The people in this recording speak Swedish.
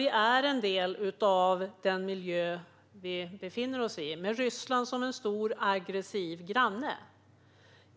Vi är en del av den miljö som vi befinner oss i, med Ryssland som en stor och aggressiv granne.